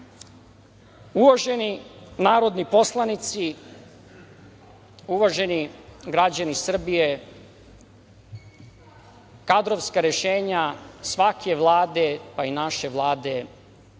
narodni poslanici, uvaženi građani Srbije, kadrovska rešenja svake Vlade, pa i naše Vlade su